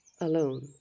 alone